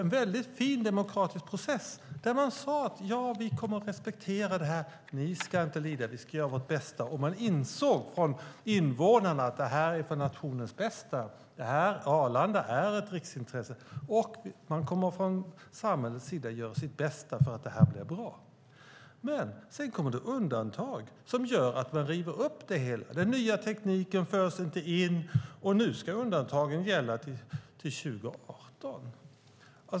Det var en fin demokratisk process där det sades: Ja, vi kommer att respektera det här. Ni ska inte lida. Vi ska göra vårt bästa. Invånarna insåg att det här var för nationens bästa - Arlanda är ett riksintresse - och att man från samhällets sida skulle göra sitt bästa för att det här skulle bli bra. Men sedan kommer det undantag som gör att man river upp det hela. Den nya tekniken förs inte in. Och nu ska undantagen gälla till 2018.